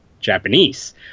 Japanese